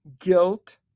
guilt